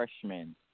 freshman